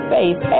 Faith